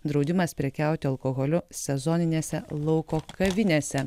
draudimas prekiauti alkoholiu sezoninėse lauko kavinėse